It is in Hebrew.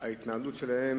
ההתנהלות שלהם